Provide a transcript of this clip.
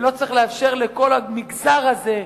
ולא צריך לאפשר לכל המגזר הזה,